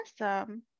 awesome